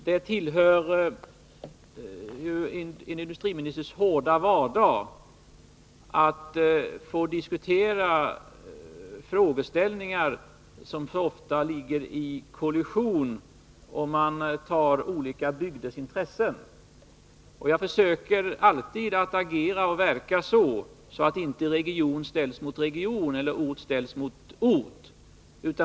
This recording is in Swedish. Det tillhör en industriministers hårda vardag att diskutera frågeställningar där olika bygders intressen ofta kolliderar. Jag försöker verka så, att inte region ställs mot region eller ort ställs mot ort.